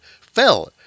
fell